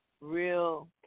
real